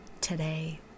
today